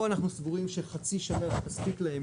פה אנחנו סבורים שחצי שנה זה מספיק להם